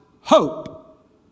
hope